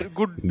good